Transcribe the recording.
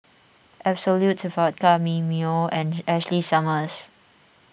Absolut Vodka Mimeo and Ashley Summers